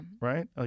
Right